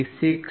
96 છે